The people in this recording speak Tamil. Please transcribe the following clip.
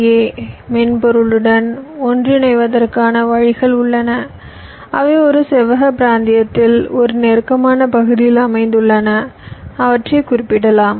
ஏ மென்பொருளுடன் ஒன்றிணைவதற்கான வழிகள் உள்ளன அவை ஒரு செவ்வக பிராந்தியத்தில் ஒரு நெருக்கமான பகுதியில் அமைந்துள்ளன அவற்றை குறிப்பிடலாம்